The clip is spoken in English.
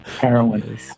heroin